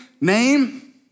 name